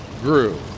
grew